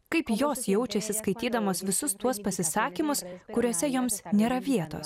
kaip jos jaučiasi skaitydamos visus tuos pasisakymus kuriuose joms nėra vietos